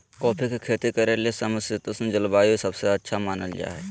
coffee के खेती करे ले समशितोष्ण जलवायु सबसे अच्छा मानल जा हई